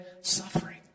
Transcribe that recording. suffering